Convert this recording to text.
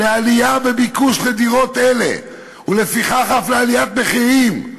"לעלייה בביקוש לדירות אלה ולפיכך אף לעליית מחירים.